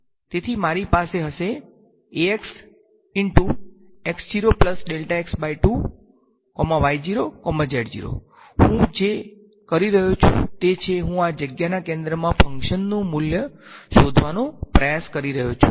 તેથી મારી પાસે હશે હું જે કરી રહ્યો છું તે છે હું આ જગ્યાના કેન્દ્રમાં ફંક્શન નુ મુલ્ય શોધવાનો પ્રયાસ કરી રહ્યો છું